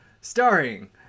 Starring